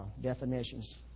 definitions